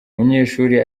munyeshuri